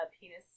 penis